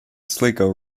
sligo